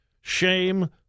shame